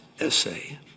essay